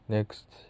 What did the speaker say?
Next